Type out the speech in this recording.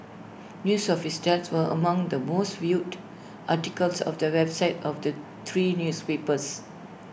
news of his death were among the most viewed articles of the websites of the three newspapers